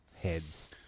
heads